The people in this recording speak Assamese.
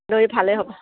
দৈ ভালেই হ'ব